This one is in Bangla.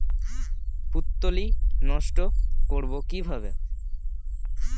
পুত্তলি নষ্ট করব কিভাবে?